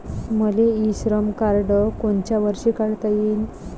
मले e Shram card कोनच्या वर्षी काढता येईन?